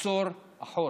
עשור אחורה.